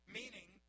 meaning